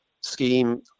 scheme